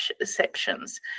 exceptions